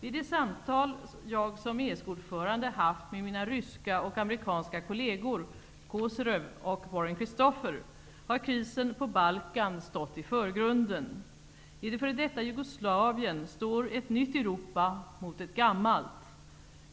I de samtal jag som ESK-ordförande haft med mina ryska och amerikanska kolleger, Kozyrev och Warren Christoffer, har krisen på Balkan stått i förgrunden. I det f.d. Jugoslavien står ett nytt Europa mot ett gammalt.